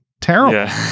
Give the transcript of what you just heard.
terrible